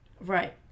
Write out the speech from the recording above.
Right